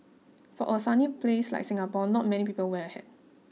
for a sunny place like Singapore not many people wear a hat